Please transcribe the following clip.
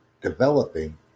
developing